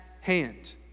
hand